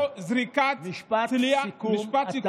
או זריקת, משפט סיכום.